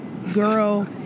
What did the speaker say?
Girl